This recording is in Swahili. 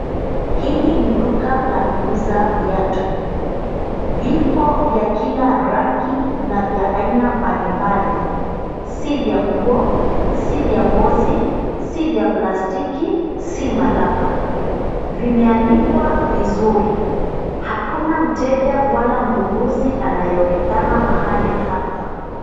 Hili ni duka la kuuza viatu. Vipo vya kila rangi na aina mbalimbali, si vya nguo, si vya ngozi, si vya plastiki, si malapa. Vimeanikwa vizuri. Hakuna mteja wala mnunuzi anayeonekana mahali hapa.